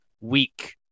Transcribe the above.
weak